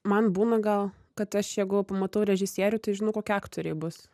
man būna gal kad aš jeigu pamatau režisierių tai žinau kokie aktoriai bus